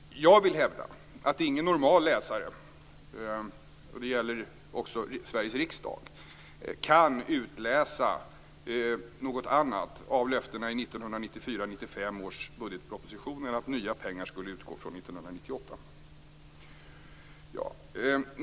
Jag vill hävda att ingen normal läsare, och det gäller även Sveriges riksdag, kan utläsa något annat av löftena i 1994/95 års budgetproposition än att nya pengar skulle utgå från 1998.